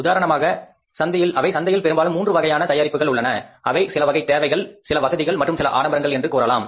உதாரணமாக அவை சந்தையில் பெரும்பாலும் மூன்று வகையான தயாரிப்புகள் உள்ளன அவை சில தேவைகள் சில வசதிகள் மற்றும் சில ஆடம்பரங்கள் என்று கூறலாம்